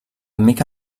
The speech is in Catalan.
mica